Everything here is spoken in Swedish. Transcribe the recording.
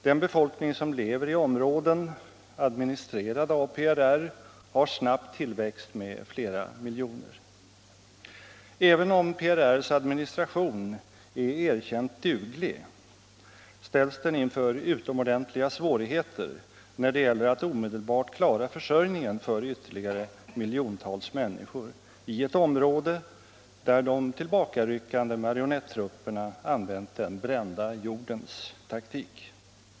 Den befolkning som lever i områden administrerade av PRR har snabbt tillväxt med flera miljoner. Även om PRR:s administration är erkänt duglig ställs den inför utomordentliga svårigheter när det gäller att omedelbart klara försörjningen för ytterligare miljontals människor i ett område, där de tillbakaryckande marionettrupperna använt den brända jordens taktik.